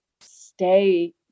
stay